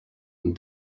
and